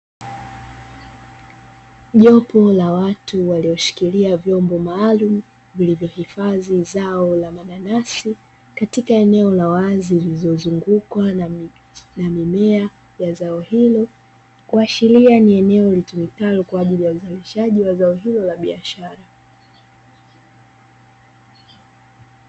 Jopo la watu walioshikilia vyombo maalumu, vilivyohifadhi zao la mananasi katika eneo la wazi lililozungukwa na mimea ya zao hilo kuashiria ni eneo litumikalo kwa uzalishaji wa zao hilo la biashara.